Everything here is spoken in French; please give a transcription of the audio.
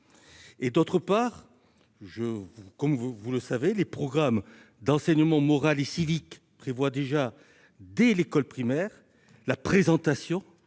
En outre, vous le savez, les programmes d'enseignement moral et civique prévoient déjà, dès l'école primaire, la présentation